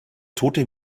tote